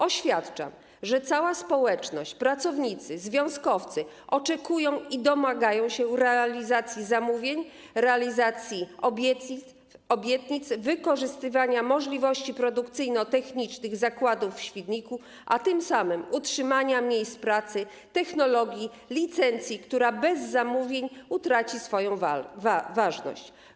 Oświadczam, że cała społeczność, pracownicy, związkowcy oczekują i domagają się realizacji zamówień, realizacji obietnic, wykorzystywania możliwości produkcyjno-technicznych zakładów w Świdniku, a tym samym utrzymania miejsc pracy, technologii, licencji, która bez zamówień utraci swoją ważność.